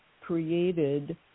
created